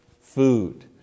food